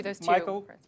Michael